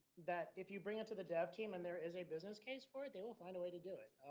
that if you bring into the dev team and there is a business case for it, they will find a way to do it.